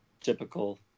Typical